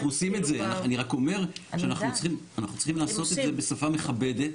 אנחנו צריכים לעשות את זה בשפה מכבדת,